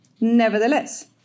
Nevertheless